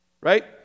Right